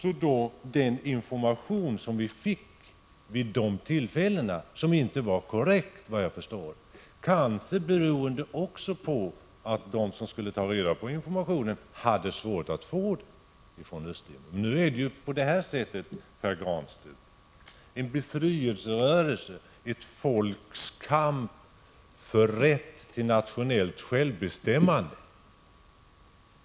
Den information vi fick vid nämnda tillfällen var inte korrekt, kanske beroende på att det var svårt att få informationer från Östtimor. En befrielserörelse är, Pär Granstedt, ett folks kamp för rätt till nationellt självbestämmande.